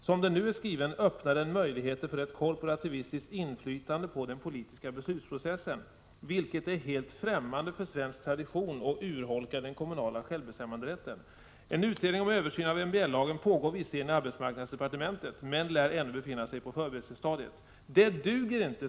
Som den nu är skriven öppnar den möjligheter för ett korporativistiskt inflytande på den politiska beslutsprocessen, vilket är helt främmande för svensk tradition och urholkar den kommunala självbestämmanderätten. En utredning om översyn av MBL-lagen pågår visserligen i arbetsmarknadsdepartementet men lär ännu befinna sig på förberedelsestadiet. Det duger inte.